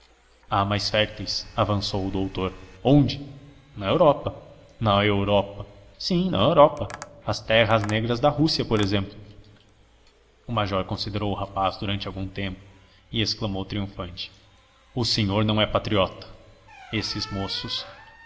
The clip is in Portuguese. há mais férteis major avançou o doutor onde na europa na europa sim na europa as terras negras da rússia por exemplo o major considerou o rapaz durante algum tempo e exclamou triunfante o senhor não é patriota esses moços